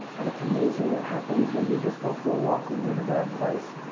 and it's amazing what happens when you just go for a walk when you're in a bad place,